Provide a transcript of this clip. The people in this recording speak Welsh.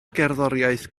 gerddoriaeth